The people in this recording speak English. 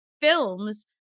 films